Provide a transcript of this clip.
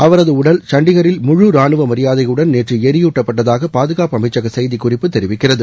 அவரது உடல் சண்டிகரில் முழு ராணுவ மியாதையுடன் நேற்று எரியூட்டப்பட்டதாக பாதுகாப்பு அமைச்சக செய்திக்குறிப்பு தெரிவிக்கிறது